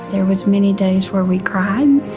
there were many days where we cried,